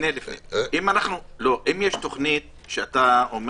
אם יש תוכנית שפרופ'